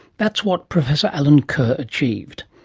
that's what professor allen kerr achieved.